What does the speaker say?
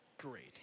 Great